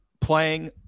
Playing